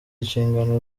inshingano